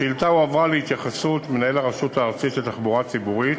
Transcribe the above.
השאילתה הועברה להתייחסות מנהל הרשות הארצית לתחבורה ציבורית,